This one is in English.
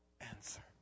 answer